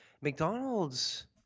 McDonald's